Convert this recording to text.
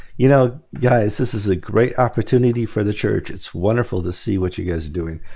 you know guys, this is a great opportunity for the church. it's wonderful to see what you guys doing,